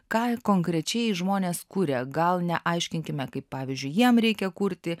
ką konkrečiai žmonės kuria gal neaiškinkime kaip pavyzdžiui jiem reikia kurti